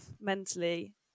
mentally